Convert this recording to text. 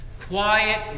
Quiet